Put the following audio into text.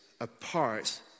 apart